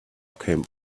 came